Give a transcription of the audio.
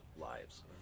lives